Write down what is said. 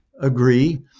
agree